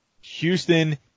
Houston